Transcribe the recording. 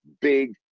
big